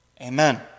Amen